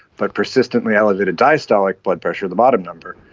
but persistently elevated diastolic blood pressure, the bottom number,